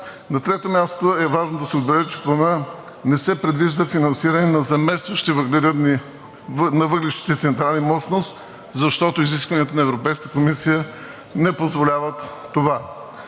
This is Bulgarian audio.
На трето място е важно да се отбележи, че в Плана не се предвижда финансиране на заместващи на въглищните централи мощности, защото изискванията на Европейската комисия не позволяват това.